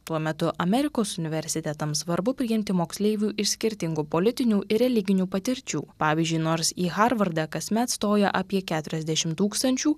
tuo metu amerikos universitetams svarbu priimti moksleivių iš skirtingų politinių ir religinių patirčių pavyzdžiui nors į harvardą kasmet stoja apie keturiasdešimt tūkstančių